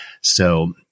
So-